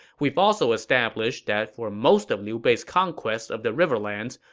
we've also established that for most of liu bei's conquest of the riverlands,